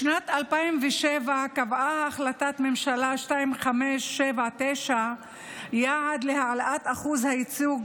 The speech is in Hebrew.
בשנת 2007 קבעה החלטת ממשלה 2579 יעד להעלאת אחוז הייצוג